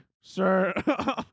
Sir